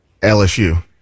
LSU